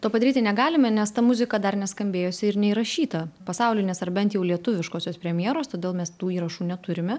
to padaryti negalime nes ta muzika dar neskambėjusi ir neįrašyta pasaulinės ar bent jau lietuviškosios premjeros todėl mes tų įrašų neturime